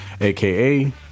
aka